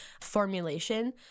formulation